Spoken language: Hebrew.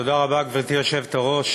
תודה רבה, גברתי היושבת-ראש.